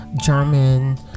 German